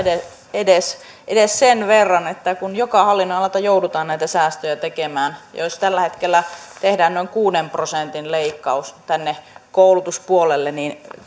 edes edes sen verran että kun joka hallinnonalalta joudutaan näitä säästöjä tekemään ja jos tällä hetkellä tehdään noin kuuden prosentin leikkaus tänne koulutuspuolelle niin